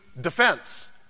defense